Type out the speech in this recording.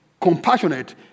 compassionate